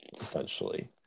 essentially